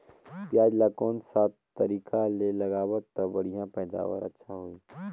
पियाज ला कोन सा तरीका ले लगाबो ता बढ़िया पैदावार अच्छा होही?